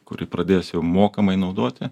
kuri pradės jau mokamai naudoti